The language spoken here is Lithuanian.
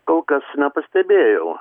kol kas nepastebėjau